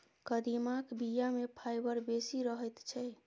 कदीमाक बीया मे फाइबर बेसी रहैत छै